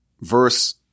verse